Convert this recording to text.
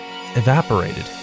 evaporated